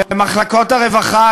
במחלקות הרווחה,